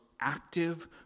active